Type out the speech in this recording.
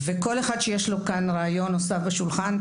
וכל אחד יש לו כאן רעיון נוסף בשולחן,